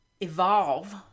evolve